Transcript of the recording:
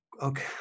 Okay